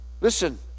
Listen